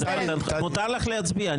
מותר לך להצביע.